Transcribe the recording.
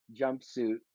jumpsuit